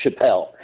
Chappelle